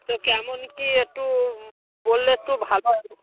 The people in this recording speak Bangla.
তো কেমন কি একটু বললে একটু ভালো হয়